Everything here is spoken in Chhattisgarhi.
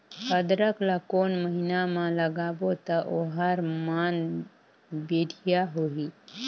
अदरक ला कोन महीना मा लगाबो ता ओहार मान बेडिया होही?